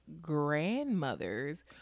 grandmothers